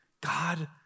God